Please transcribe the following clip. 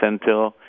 center